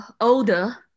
older